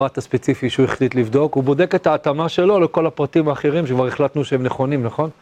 פרט הספציפי שהוא החליט לבדוק, הוא בודק את ההתאמה שלו לכל הפרטים האחרים שכבר החלטנו שהם נכונים, נכון?